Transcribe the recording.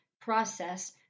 process